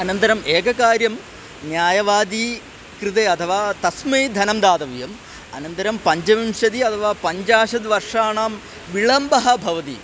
अनन्तरम् एकं कार्यं न्यायवादिनः कृते अथवा तस्मै धनं दातव्यम् अनन्तरं पञ्चविंशतिः अथवा पञ्चाशद् वर्षाणां विलम्बं भवति